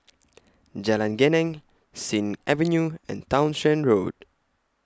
Jalan Geneng Sing Avenue and Townshend Road